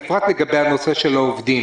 בפרט לגבי הנושא של העובדים